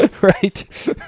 Right